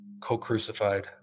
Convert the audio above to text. co-crucified